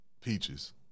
Peaches